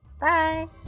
Bye